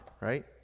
right